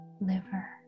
liver